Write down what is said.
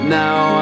now